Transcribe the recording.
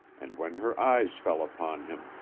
and when her eyes fell upon him,